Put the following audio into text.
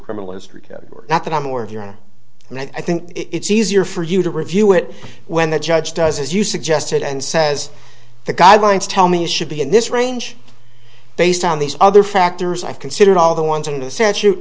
criminal history category not that i'm aware of your own and i think it's easier for you to review it when the judge does as you suggested and says the guidelines tell me you should be in this range based on these other factors i considered all the ones in the s